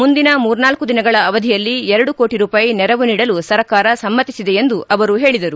ಮುಂದಿನ ಮೂರ್ನಾಲ್ಲು ದಿನಗಳ ಅವಧಿಯಲ್ಲಿ ಎರಡು ಕೋಟಿ ರೂಪಾಯಿ ನೆರವು ನೀಡಲು ಸರ್ಕಾರ ಸಮ್ನತಿಸಿದೆ ಎಂದು ಅವರು ಹೇಳಿದರು